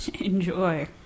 Enjoy